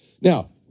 Now